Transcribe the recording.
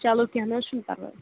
چلو کیٚنٛہہ نہ حظ چھُنہٕ پَرواے